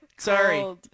Sorry